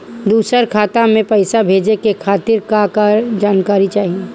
दूसर खाता में पईसा भेजे के खातिर का का जानकारी चाहि?